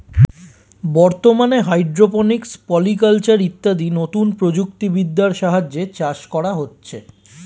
বর্তমানে hydroponics, polyculture ইত্যাদি নতুন প্রযুক্তি বিদ্যার সাহায্যে চাষ করা হচ্ছে